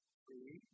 three